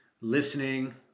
listening